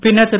பின்னர் திரு